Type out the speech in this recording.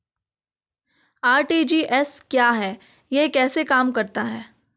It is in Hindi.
आर.टी.जी.एस क्या है यह कैसे काम करता है?